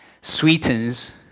sweetens